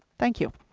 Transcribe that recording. thank you,